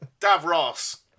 Davros